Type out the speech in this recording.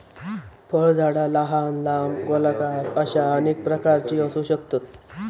फळझाडा लहान, लांब, गोलाकार अश्या अनेक प्रकारची असू शकतत